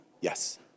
Yes